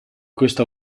questa